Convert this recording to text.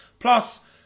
Plus